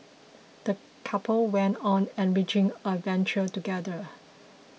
the couple went on an enriching adventure together